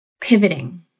pivoting